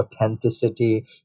authenticity